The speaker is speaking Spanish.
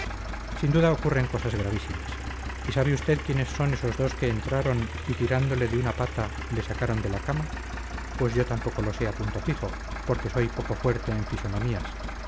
sin duda ocurren cosas gravísimas y sabe usted quiénes son esos dos que entraron y tirándole de una pata le sacaron de la cama pues yo tampoco lo sé a punto fijo porque soy poco fuerte en fisonomías